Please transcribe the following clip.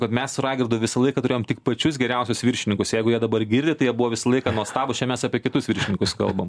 vat mes su raigardu visą laiką turėjom tik pačius geriausius viršininkus jeigu jie dabar girdi tai jie buvo visą laiką nuostabūs čia mes apie kitus viršininkus kalbam